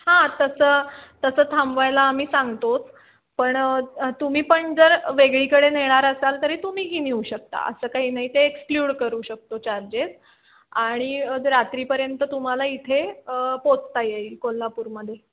हां तसं तसं थांबवायला आम्ही सांगतोच पण तुम्ही पण जर वेगळीकडे नेणार असाल तरी तुम्हीही नेऊ शकता असं काही नाही ते एक्सक्ल्यूड करू शकतो चार्जेस आणि रात्रीपर्यंत तुम्हाला इथे पोचता येईल कोल्हापूरमध्ये